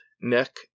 neck